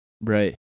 Right